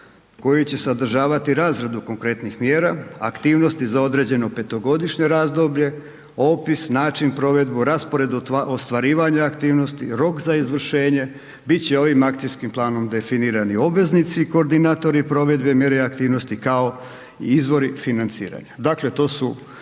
koji će sadržavati razradu konkretnih mjera, aktivnosti za određeno petogodišnje razdoblje, opis, način provedbe, raspored ostvarivanja aktivnosti, rok za izvršenje bit će ovim akcijskim planom definirani obveznici, koordinatori provedbi mjere aktivnosti, kao i izvori financiranja. Dakle, to su